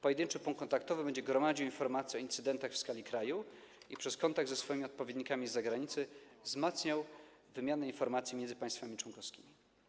Pojedynczy punkt kontaktowy będzie gromadził informacje o incydentach w skali kraju i przez kontakt ze swoimi odpowiednikami z zagranicy wzmacniał wymianę informacji między państwami członkowskimi.